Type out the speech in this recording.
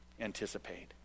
anticipate